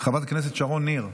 חברת הכנסת שרון ניר,